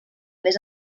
més